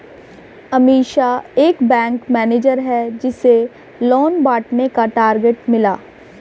अमीषा एक bank manager है जिसे लोन बांटने का टारगेट मिला